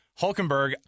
Hulkenberg